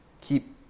keep